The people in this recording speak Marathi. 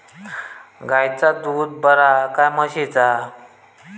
गायचा दूध बरा काय म्हशीचा?